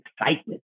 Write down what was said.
excitement